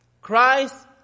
Christ